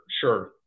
sure